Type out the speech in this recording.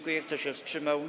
Kto się wstrzymał?